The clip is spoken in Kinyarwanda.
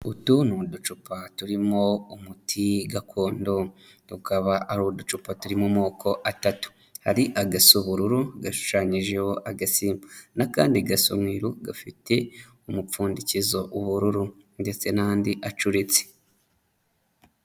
Utu ni uducupa turimo umuti gakondo, tukaba ari uducupa turi mu moko atatu, hari agasa ubururu gashushanyijeho agatsimba n'akandi gasa umweru gafite umupfundikizo w'ubururu ndetse n'andi acuritse.